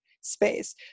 space